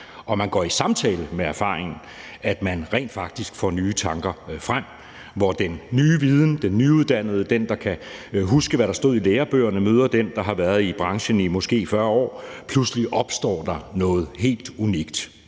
og man går i samtale med erfaring, at man rent faktisk får nye tanker frem. Hvor den nye viden; den nyuddannede; den, der kan huske, hvad der stod i lærebøgerne, møder den, der har været i branchen i måske 40 år, opstår der pludselig noget helt unikt.